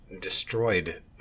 destroyed